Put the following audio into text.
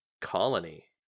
colony